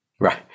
right